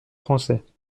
français